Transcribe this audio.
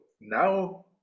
now